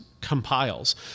compiles